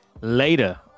later